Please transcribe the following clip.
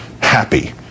happy